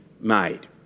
made